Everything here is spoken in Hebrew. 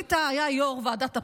ווליד טאהא היה יו"ר ועדת הפנים.